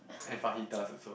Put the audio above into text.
and fajitas also